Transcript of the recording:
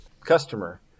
customer